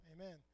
Amen